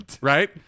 right